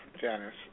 Janice